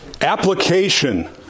application